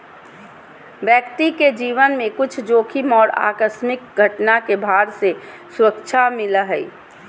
व्यक्ति के जीवन में कुछ जोखिम और आकस्मिक घटना के भार से सुरक्षा मिलय हइ